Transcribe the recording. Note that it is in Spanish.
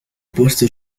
puesto